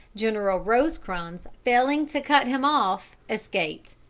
general rosecrans failing to cut him off, escaped,